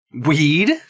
Weed